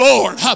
Lord